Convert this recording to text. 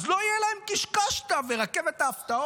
אז לא יהיה להם קישקשתא ורכבת ההפתעות,